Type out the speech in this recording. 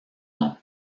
nom